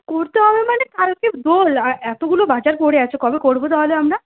করতে হবে মানে কালকে দোল আর এতগুলো বাজার পড়ে আছে কবে করব তাহলে আমরা